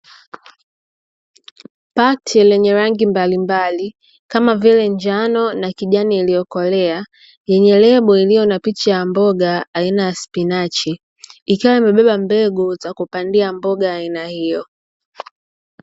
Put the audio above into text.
Paketi yenye rangi mbalimbali kama vile njano na kijani iliyokolea yenye lebo iliyo na picha ya mboga aina ya spinachi ikiwa imebeba mbegu za kupandia mboga aina hiyo.